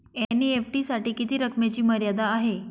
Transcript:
NEFT साठी किती रकमेची मर्यादा आहे?